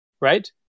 right